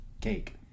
cake